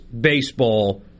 baseball